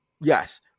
Yes